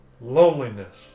loneliness